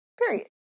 Period